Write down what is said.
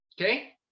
Okay